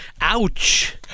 ouch